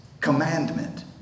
commandment